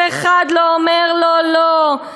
אבל אחד לא אומר לו לא.